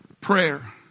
Prayer